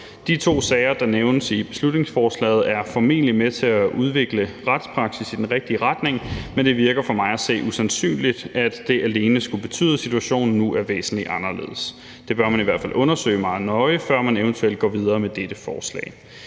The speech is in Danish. De to sager, der nævnes i beslutningsforslaget, er formentlig med til at udvikle retspraksis i den rigtige retning, men det virker for mig at se usandsynligt, at det alene skulle betyde, at situationen nu er væsentlig anderledes. Det bør man i hvert fald undersøge meget nøje, før man eventuelt går videre med dette forslag.